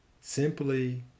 simply